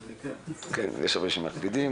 אין צדיק בארץ אשר לא יחטא.